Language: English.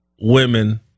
women